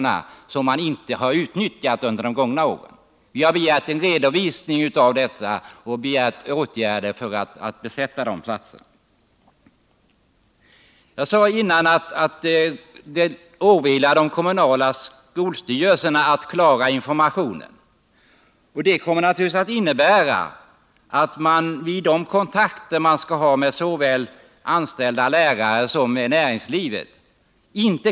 Under de gångna åren har ett antal platser varit outnyttjade, och vi har begärt en redovisning härav och, som sagt, åtgärder för att besätta de platserna. Jag sade tidigare att det åvilar de kommunala skolstyrelserna att lämna informationen och att de inte kommer att hinna med detta i tid.